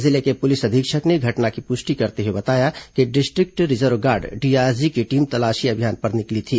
जिले के पुलिस अधीक्षक ने घटना की पुष्टि करते हुए बताया कि डिस्ट्रिक्ट रिजर्व गार्ड डीआरजी की टीम तलाशी अभियान पर निकली थी